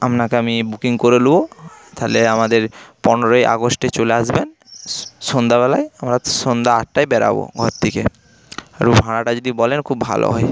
আপনাকে আমি বুকিং করে নেবো তাহলে আমাদের পনেরোই আগস্টে চলে আসবেন সন্ধ্যাবেলায় আমরা সন্ধ্যা আটটায় বেরোবো ঘর থেকে এখন ভাড়াটা যদি বলেন খুব ভালো হয়